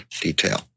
detail